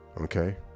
okay